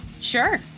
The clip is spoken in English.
Sure